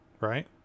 right